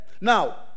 Now